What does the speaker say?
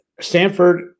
Stanford